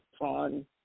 on